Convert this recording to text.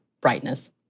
brightness